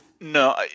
No